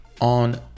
on